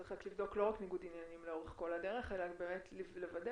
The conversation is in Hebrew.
צריך לבדוק לא רק ניגוד עניינים לאורך כל הדרך אלא באמת לוודא